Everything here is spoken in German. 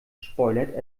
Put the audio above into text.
spoilert